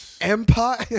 Empire